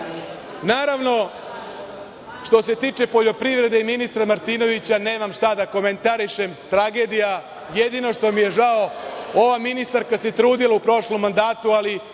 govori. Naravno, što se tiče poljoprivrede i ministra Martinovića nema šta da komentarišem, tragedija. Jedino mi je žao što se ova ministarka trudila u prošlom mandatu, ali